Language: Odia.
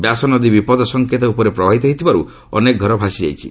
ବ୍ୟାସନଦୀ ବିପଦ ସଙ୍କେତ ଉପରେ ପ୍ରବାହିତ ହେଉଥିବାରୁ ଅନେକ ଘର ଭାସିଯାଇଛି